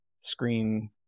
screen